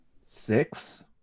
six